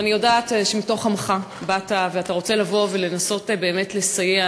ואני יודעת שמתוך עמך באת ואתה רוצה לנסות באמת לסייע.